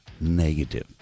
negative